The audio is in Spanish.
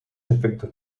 efectos